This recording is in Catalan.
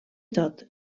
tot